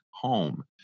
home